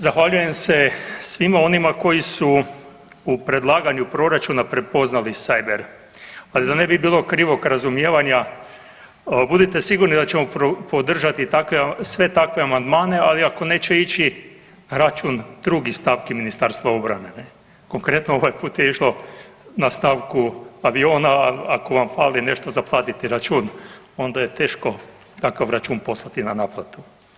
Zahvaljujem se svima onima koji su u predlaganju proračuna prepoznali sajber, ali da ne bi bilo krivog razumijevanja budite sigurni da ćemo podržati takve, sve takve amandmane, ali ako neće ići na račun drugih stavki Ministarstva obrane ne, konkretno ovaj put je išlo na stavku aviona, ako vam fali nešto za platiti račun onda je teško takav račun poslati na naplatu.